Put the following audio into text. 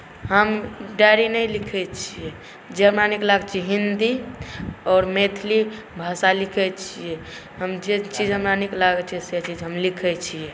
हम डायरी नहि लिखैत छियै जे हमरा नीक लागैत छै हिन्दी आओर मैथिली भाषा लिखैत छियै हम जे चीज हमरा नीक लागैत छै से चीज हम लिखैत छियै